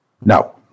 no